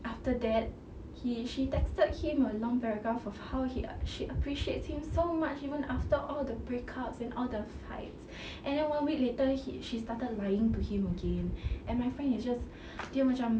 after that he she texted him a long paragraph of how he she appreciates him so much even after all the breakups and all the fights and then one week later he she started lying to him again and my friend is just dia macam